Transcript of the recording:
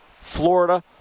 Florida